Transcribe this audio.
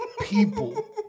people